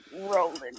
rolling